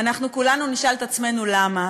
אנחנו כולנו נשאל את עצמנו למה,